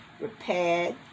repaired